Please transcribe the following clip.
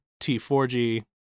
T4G